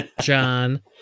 John